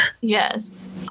Yes